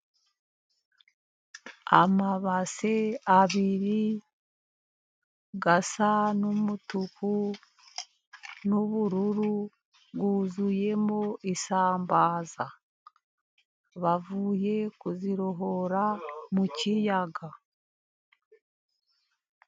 Amabase abiri asa n'umutuku, n'ubururu, yuzuyemo isambaza, bavuye kuzirohora mu kiyaga.